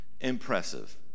Impressive